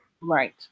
Right